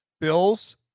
Bills